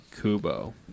Kubo